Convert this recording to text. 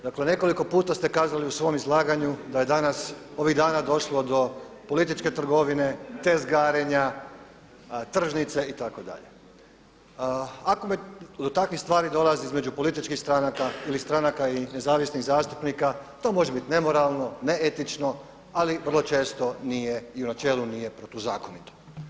Dakle nekoliko puta ste kazali u svom izlaganju da je danas ovih dana došlo do političke trgovine, tezgarenja, tržnice itd., do takvih stvari dolazi između političkih stranaka ili stranaka i nezavisnih zastupnika to može biti nemoralno, neetično, ali vrlo često nije i u načelu nije protuzakonito.